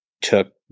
took